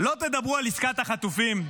לא תדברו על עסקת החטופים?